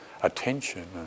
attention